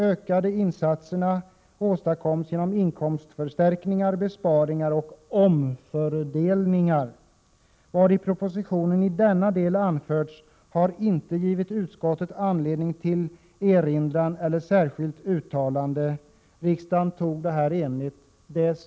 De ökade insatserna åstadkoms genom inkomstförstärkningar, besparingar och omfördelningar. ——- Vad i propositionen i denna del anförts har inte givit utskottet anledning till erinran eller särskilt uttalande.” Detta beslut fattades av en enig riksdag.